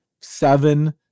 seven